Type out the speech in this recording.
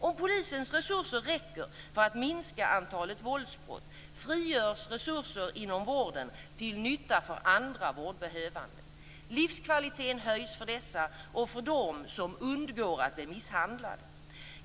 Om polisens resurser räcker för att minska antalet våldsbrott, frigörs resurser inom vården till nytta för andra vårdbehövande. Livskvaliteten höjs för dessa och för dem som undgår att bli misshandlade.